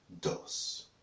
Dos